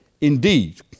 Indeed